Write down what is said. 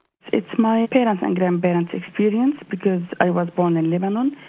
it's my parents and grandparents' experience because i was born in lebanon.